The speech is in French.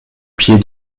pied